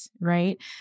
right